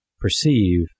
perceive